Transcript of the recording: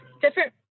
different